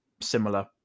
similar